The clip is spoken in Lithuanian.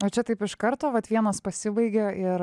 o čia taip iš karto vat vienas pasibaigė ir